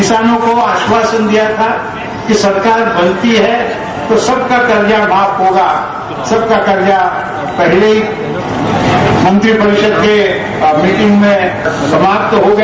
किसानों को आश्वासन दिया था कि सरकार बनती है तो सबका कर्जा माफ होगा सबका कर्जा पहले ही मंत्रि परिषद के मीटिंग में समाप्त हो गया